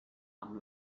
amb